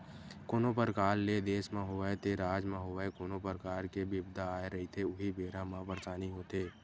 कोनो परकार ले देस म होवय ते राज म होवय कोनो परकार के बिपदा आए रहिथे उही बेरा म परसानी होथे